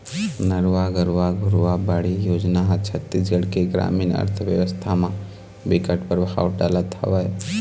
नरूवा, गरूवा, घुरूवा, बाड़ी योजना ह छत्तीसगढ़ के गरामीन अर्थबेवस्था म बिकट परभाव डालत हवय